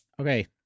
Okay